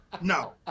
No